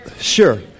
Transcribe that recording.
sure